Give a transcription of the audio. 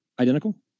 identical